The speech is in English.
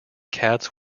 cats